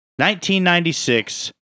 1996